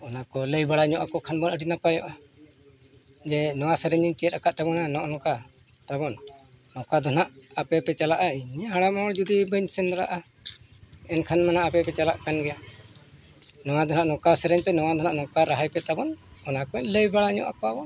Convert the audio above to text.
ᱚᱱᱟ ᱠᱚ ᱞᱟᱹᱭ ᱵᱟᱲᱟ ᱧᱚᱜ ᱟᱠᱚ ᱠᱷᱟᱱ ᱟᱹᱰᱤ ᱱᱟᱯᱟᱭᱚᱜᱼᱟ ᱡᱮ ᱱᱚᱣᱟ ᱥᱮᱨᱮᱧ ᱤᱧ ᱪᱮᱫ ᱟᱠᱟᱜ ᱛᱟᱵᱚᱱᱟ ᱱᱚᱜ ᱱᱚᱝᱠᱟ ᱛᱟᱵᱚᱱ ᱟᱫᱚ ᱱᱟᱦᱟᱜ ᱟᱯᱮ ᱯᱮ ᱪᱟᱞᱟᱜᱼᱟ ᱤᱧ ᱦᱟᱲᱟᱢ ᱦᱚᱲ ᱡᱩᱫᱤ ᱵᱟᱹᱧ ᱥᱮᱱ ᱫᱟᱲᱮᱭᱟᱜᱼᱟ ᱮᱱᱠᱷᱟᱱᱢᱟ ᱱᱟᱦᱟᱜ ᱟᱯᱮ ᱯᱮ ᱪᱟᱞᱟᱜ ᱠᱟᱱ ᱜᱮᱭᱟ ᱱᱚᱣᱟ ᱫᱚ ᱱᱟᱦᱟᱜ ᱱᱚᱝᱠᱟ ᱥᱮᱨᱮᱧ ᱯᱮ ᱱᱚᱣᱟ ᱫᱚ ᱱᱟᱦᱟᱜ ᱱᱚᱝᱠᱟ ᱨᱟᱦᱟᱭ ᱯᱮ ᱛᱟᱵᱚᱱ ᱚᱱᱟᱠᱚ ᱞᱟᱹᱭ ᱵᱟᱲᱟ ᱧᱚᱜ ᱠᱚᱣᱟ ᱵᱚᱱ